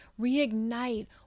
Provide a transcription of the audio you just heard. reignite